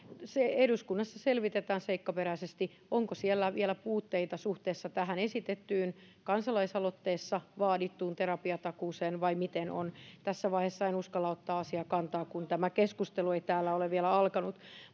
eduskunnassa selvitetään seikkaperäisesti onko siellä vielä puutteita suhteessa tähän esitettyyn kansalaisaloitteessa vaadittuun terapiatakuuseen vai miten on tässä vaiheessa en uskalla ottaa asiaan kantaa kun tämä keskustelu ei täällä ole vielä alkanut